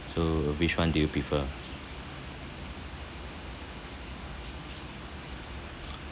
so which [one] do you prefer